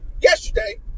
yesterday